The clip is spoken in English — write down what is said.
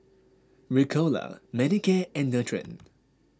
Ricola Manicare and Nutren